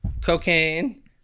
cocaine